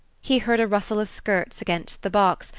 he heard a rustle of skirts against the box,